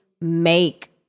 make